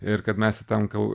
ir kad mes itam kau